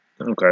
okay